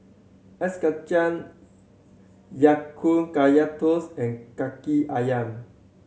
Ice Kachang Ya Kun Kaya Toast and Kaki Ayam